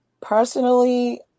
personally